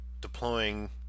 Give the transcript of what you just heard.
deploying